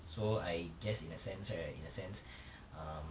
so I guess in a sense right in a sense um